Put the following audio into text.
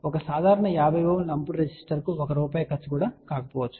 ఒక సాధారణ 50 Ω లంపుడ్ రెసిస్టర్కు 1 రూపాయి కూడా ఖర్చు చేయకపోవచ్చు